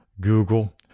Google